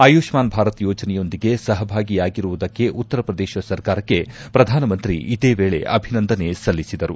ಆಯುಷ್ಸಾನ್ ಭಾರತ್ ಯೋಜನೆಯೊಂದಿಗೆ ಸಹಭಾಗಿಯಾಗಿರುವುದಕ್ಕೆ ಉತ್ತರ ಪ್ರದೇಶ ಸರ್ಕಾರಕ್ಕೆ ಪ್ರಧಾನಮಂತ್ರಿ ಇದೇ ವೇಳೆ ಅಭಿನಂದನೆ ಸಲ್ಲಿಸಿದರು